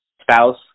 spouse